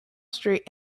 street